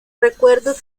recuerdos